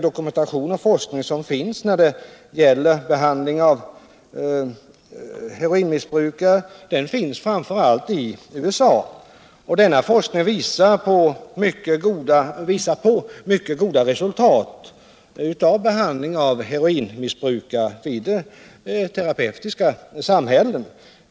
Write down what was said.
Dokumentation och forskning när det gäller behandling av heroinmissbrukare finns framför allt i USA. Denna forskning visar på mycket goda resultat av behandling av heroinmissbrukare i terapeutiska samhällen.